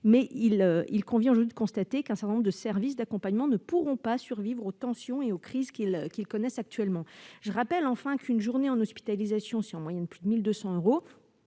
Mais force est de constater qu'un certain nombre de services d'accompagnement ne pourront pas survivre aux tensions et aux crises qu'ils connaissent actuellement. Je rappelle enfin qu'une journée d'hospitalisation coûte en moyenne plus de 1 200 euros,